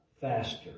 faster